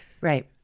Right